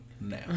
now